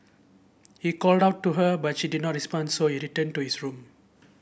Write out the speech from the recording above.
he called out to her but she did not respond so he returned to his room